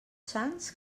sants